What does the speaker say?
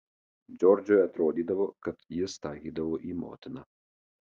džordžui atrodydavo kad jis taikydavo į motiną